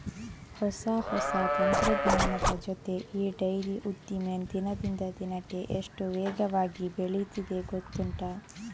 ಹೊಸ ಹೊಸ ತಂತ್ರಜ್ಞಾನದ ಜೊತೆ ಈ ಡೈರಿ ಉದ್ದಿಮೆ ದಿನದಿಂದ ದಿನಕ್ಕೆ ಎಷ್ಟು ವೇಗವಾಗಿ ಬೆಳೀತಿದೆ ಗೊತ್ತುಂಟಾ